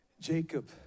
Jacob